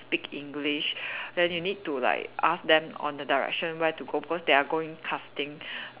speak English then you need to like ask them on the direction where to go first they are going casting